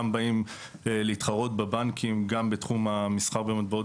גם באים להתחרות בבנקים גם בתחום המסחר במטבעות